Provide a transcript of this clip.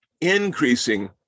increasing